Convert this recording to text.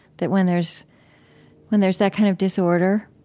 that when there's when there's that kind of disorder,